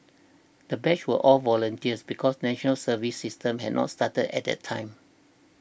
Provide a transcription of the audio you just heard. the batch were all volunteers because the National Service system had not started at the time